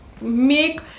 make